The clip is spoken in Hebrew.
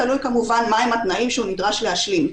תלוי כמובן מה הם התנאים שהוא נדרש להשלים.